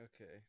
Okay